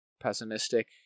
pessimistic